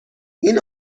این